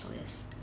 list